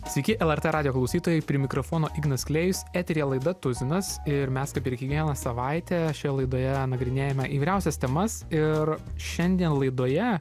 sveiki lrt radijo klausytojai prie mikrofono ignas klėjus eteryje laida tuzinas ir mes kaip ir kiekvieną savaitę šioje laidoje nagrinėjame įvairiausias temas ir šiandien laidoje